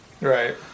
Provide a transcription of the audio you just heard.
right